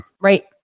right